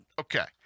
Okay